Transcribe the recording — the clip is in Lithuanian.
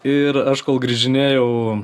ir aš kol grįžinėjau